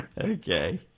Okay